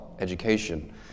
Education